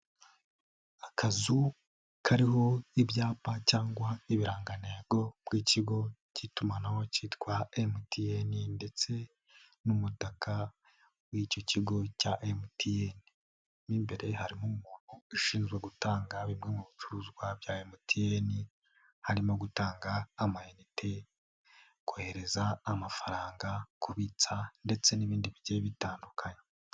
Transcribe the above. Akazu kariho ibyapa cyangwa ibirangantego by'ikigo cy'itumanaho cyitwa MTN ndetse n'umutaka w'icyo kigo cya MTN, mo imbere harimo umuntu ushinzwe gutanga bimwe mu bicuruzwa bya MTN, harimo gutanga amayinite, kohereza amafaranga, kubitsa ndetse n'ibindi bigiye bitandukanye.